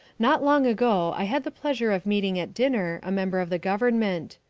not long ago i had the pleasure of meeting at dinner a member of the government.